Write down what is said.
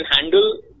handle